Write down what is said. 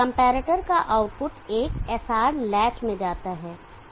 comparator का output एक SR latch में जाता है